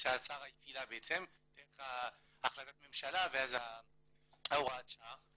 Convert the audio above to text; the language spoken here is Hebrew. שהשרה הפעילה, דרך החלטת הממשלה והוראת השעה.